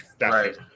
right